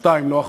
שתיים, לא אחת.